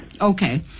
Okay